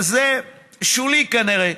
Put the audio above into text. אבל זה שולי, כנראה.